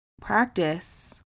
practice